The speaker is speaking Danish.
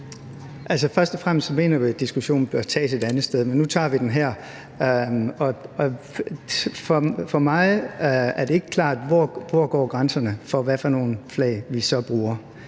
først og fremmest mener vi, at diskussionen bør tages et andet sted, men nu tager vi den her. For mig er det ikke klart, hvor grænserne går for, hvad for nogle flag vi så bruger.